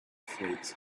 flakes